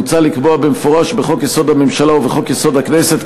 מוצע לקבוע במפורש בחוק-יסוד: הממשלה ובחוק-יסוד: הכנסת,